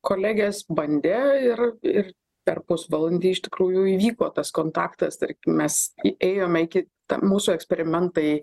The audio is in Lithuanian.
kolegės bandė ir ir per pusvalandį iš tikrųjų įvyko tas kontaktas mes įėjome iki mūsų eksperimentai